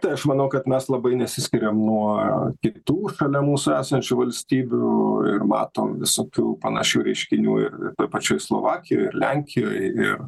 tai aš manau kad mes labai nesiskiriame nuo kitų šalia mūsų esančių valstybių ir matom visokių panašių reiškinių ir toj pačioj slovakijoj ir lenkijoj ir